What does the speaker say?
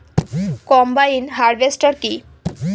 Combine harvester কি?